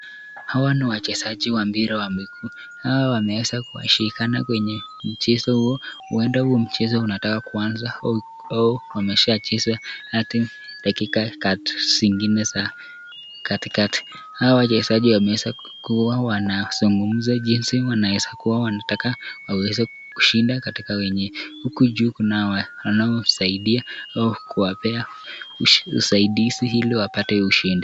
Hawa ni wachezaji wa mpira wa miguu. Hao wameweza kuwashikana kwenye mchezo huo. Huenda huo mchezo unataka kuanza au wameshachezwa hatim dakika kadhaa zingine za katikati. Hawa wachezaji wameweza kuwa wanazungumza jinsi wanaweza kuwa wanataka waweze kushinda katika wenye huku juu kuna wanawasaidia au kuwapea usaidiizi ili wapate ushindi.